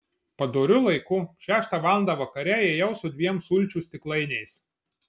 padoriu laiku šeštą valandą vakare ėjau su dviem sulčių stiklainiais